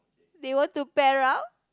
they want to pair up